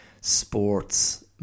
sports